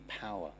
power